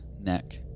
neck